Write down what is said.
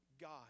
God